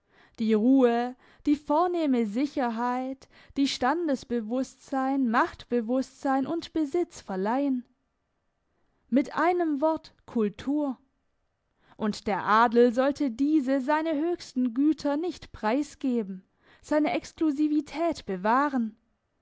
die ruhe die vornehme sicherheit die standesbewusstsein machtbewusstsein und besitz verleihen mit einem wort kultur und der adel sollte diese seine höchsten güter nicht preisgeben seine exklusivität bewahren